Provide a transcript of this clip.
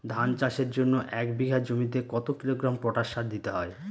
ধান চাষের জন্য এক বিঘা জমিতে কতো কিলোগ্রাম পটাশ সার দিতে হয়?